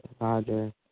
Roger